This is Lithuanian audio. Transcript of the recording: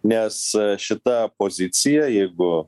nes šita pozicija jeigu